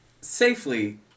safely